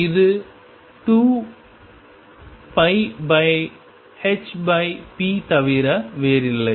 இது 2 hp தவிர வேறில்லை